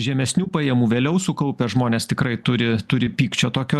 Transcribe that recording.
žemesnių pajamų vėliau sukaupę žmonės tikrai turi turi pykčio tokio